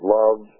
love